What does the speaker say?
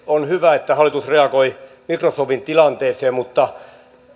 on hyvä että hallitus reagoi microsoftin tilanteeseen mutta